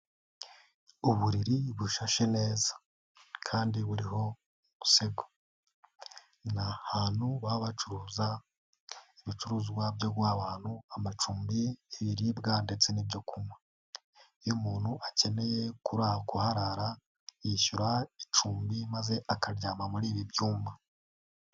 Uburiri bushashe neza kandi buriho umusego. Ni ahantu baba bacuruza ibicuruzwa byo guha abantu amacumbi, ibibiribwa ndetse n'ibyo kunywa. Iyo umuntu akeneye kuharara yishyura icumbi maze akaryama muri ibi byumba.